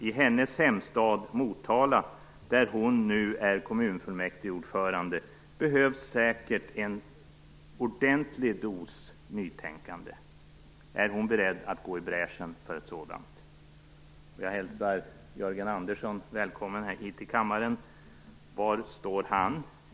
I hennes hemstad Motala, där hon nu är kommunfullmäktigeordförande, behövs säkert en ordentlig dos nytänkande. Är hon beredd att gå i bräschen för ett sådant? Jag hälsar Jörgen Andersson välkommen hit till kammaren. Var står han?